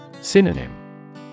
Synonym